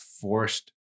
forced